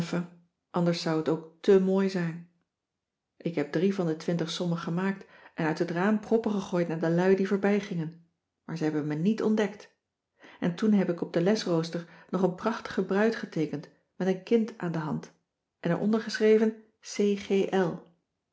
anders zou het ook te mooi zijn ik heb drie van de twintig sommen gemaakt en uit het raam proppen gegooid naar de lui die voorbij gingen maar ze hebben me niet ontdekt en toen heb ik op den lesrooster nog een prachtige bruid geteekend met een kind aan de hand en er onder geschreven